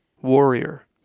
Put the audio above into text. warrior